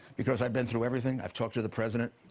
because i've been through everything. i've talked to the president.